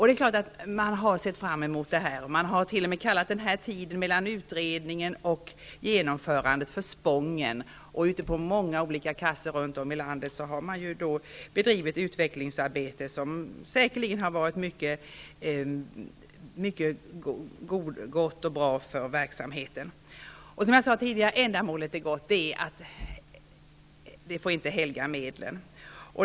Det är klart att personalen har sett fram emot detta, och man har t.o.m. kallat tiden mellan utredningen och genomförandet för spången. På många försäkringskassor runt om i landet har man bedrivit ett utvecklingsarbete som säkerligen har varit mycket gott och bra för verksamheten. Som jag sade tidigare är ändamålet gott, men det får inte helga medlen.